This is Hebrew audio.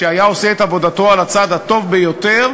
שהיה עושה את עבודתו על הצד הטוב ביותר,